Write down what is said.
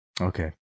Okay